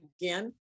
again